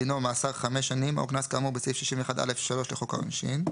דינו מאסר חמש שנים או קנס כאמור בסעיף 51(א)(3) לחוק העונשין".